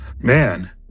Man